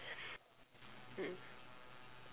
mm